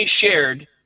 shared